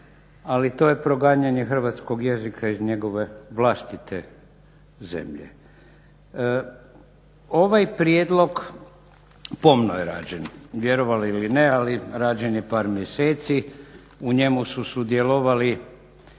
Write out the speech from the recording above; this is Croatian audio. ali to je proganjanje hrvatskog jezika iz njegove vlastite zemlje. Ovaj prijedlog pomno je rađen vjerovali ili ne, ali rađen je par mjeseci. U njemu su sudjelovali